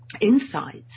insights